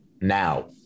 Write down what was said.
now